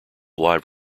live